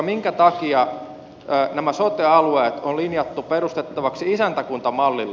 minkä takia nämä sote alueet on linjattu perustettavaksi isäntäkunta mallilla